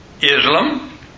Islam